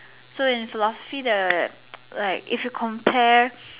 so in philosophy the like if you compare